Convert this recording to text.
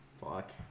Fuck